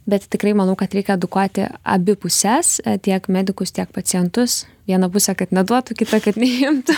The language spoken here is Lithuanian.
bet tikrai manau kad reikia edukuoti abi puses tiek medikus tiek pacientus vieną pusę kad neduotų kitą kad neimtų